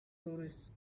tourists